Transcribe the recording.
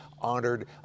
honored